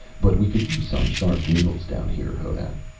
but we could use some sharp needles down here, honath.